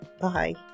Bye